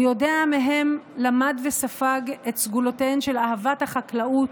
מהם למד וספג את סגולותיהן של אהבת החקלאות,